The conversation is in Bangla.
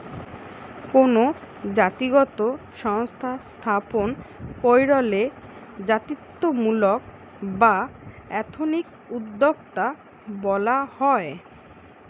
কোনো জাতিগত সংস্থা স্থাপন কইরলে জাতিত্বমূলক বা এথনিক উদ্যোক্তা বলা হয়